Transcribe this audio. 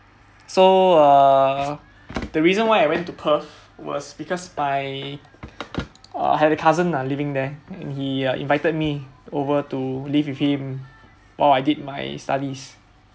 so err the reason why I went to perth was because I uh have a cousin uh living there he invited me over to live with him while I did my studies